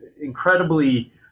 incredibly